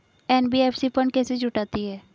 NBFC fund कैसे जुटाती है?